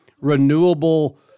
renewable